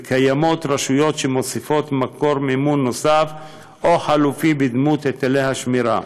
וקיימות רשויות שמוסיפות מקור מימון נוסף או חלופי בדמות היטלי השמירה.